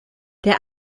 der